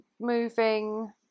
moving